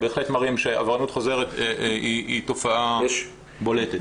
בהחלט מראים שעבריינות חוזרת היא תופעה בולטת.